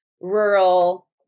rural